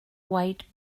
white